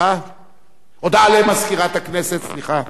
הודעה למזכירת הכנסת, סליחה.